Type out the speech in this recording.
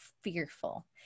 fearful